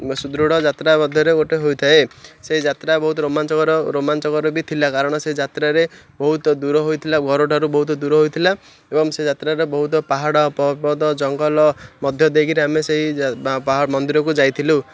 ସୁଦୃଢ଼ ଯାତ୍ରା ମଧ୍ୟରେ ଗୋଟେ ହୋଇଥାଏ ସେଇ ଯାତ୍ରା ବହୁତ ରୋମାଞ୍ଚକର ରୋମାଞ୍ଚକର ବି ଥିଲା କାରଣ ସେ ଯାତ୍ରାରେ ବହୁତ ଦୂର ହୋଇଥିଲା ଘରଠାରୁ ବହୁତ ଦୂର ହୋଇଥିଲା ଏବଂ ସେ ଯାତ୍ରାରେ ବହୁତ ପାହାଡ଼ ପବଦ ଜଙ୍ଗଲ ମଧ୍ୟ ଦେଇ କରି ଆମେ ସେଇ ମନ୍ଦିରକୁ ଯାଇଥିଲୁ